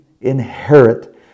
inherit